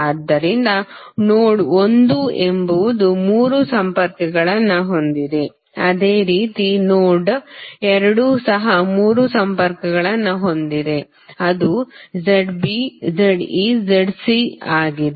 ಆದ್ದರಿಂದ ನೋಡ್ ಒಂದು ಎಂಬುದು ಮೂರು ಸಂಪರ್ಕಗಳನ್ನು ಹೊಂದಿದೆ ಅದೇ ರೀತಿ ನೋಡ್ ಎರಡು ಸಹ ಮೂರು ಸಂಪರ್ಕಗಳನ್ನು ಹೊಂದಿದೆ ಅದು ZB ZE ZC ಆಗಿದೆ